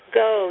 go